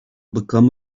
become